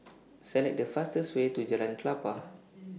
Select The fastest Way to Jalan Klapa